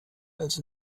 als